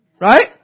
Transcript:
Right